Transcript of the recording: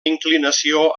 inclinació